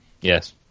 Yes